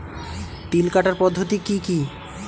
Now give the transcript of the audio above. তিল কাটার পদ্ধতি কি কি?